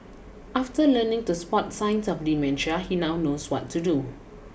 after learning to spot signs of dementia he now knows what to do